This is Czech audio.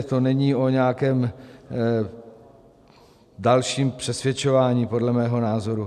To není o nějakém dalším přesvědčování podle mého názoru.